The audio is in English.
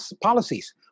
policies